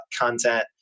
content